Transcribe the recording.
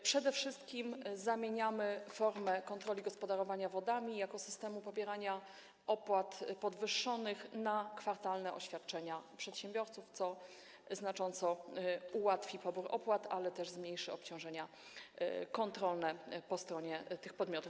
Przede wszystkim zamieniamy formę kontroli gospodarowania wodami z systemu pobierania opłat podwyższonych na kwartalne oświadczania przedsiębiorców, co znacząco ułatwi pobór opłat, ale też zmniejszy obciążenia kontrolne po stronie tych podmiotów.